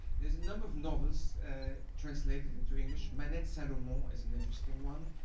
there's a number of novels translated into english, manette salomon is an interesting one.